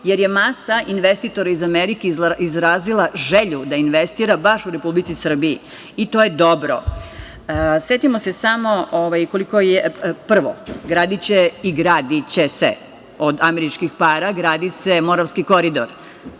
jer je masa investitora iz Amerike izrazila želju da investira baš u Replici Srbiji i to je dobro. Prvo, gradi se i gradi će se, od američkih para gradi se Moravski koridor.